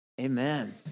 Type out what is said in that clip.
amen